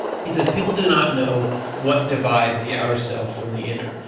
he says people do not know what divides the outer self from the inner.